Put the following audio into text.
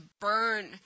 burn